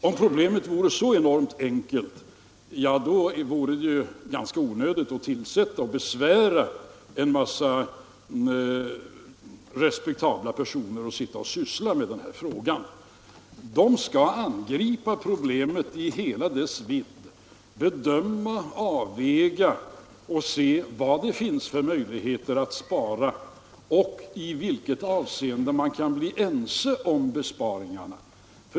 Om problemet vore så enormt enkelt, skulle det vara ganska onödigt att tillsätta en kommitté och besvära en massa respektabla personer att syssla med den här frågan. Kommittén skall angripa problemet i hela dess vidd — bedöma, avväga och se vad det finns för möjligheter att spara och i vilket avseende man kan bli ense om besparingarna.